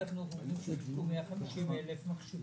החינוך אומרים שהם חילקו 150,000 מחשבים,